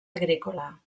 agrícola